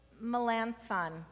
Melanthon